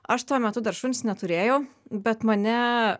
aš tuo metu dar šuns neturėjau bet mane